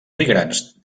migrants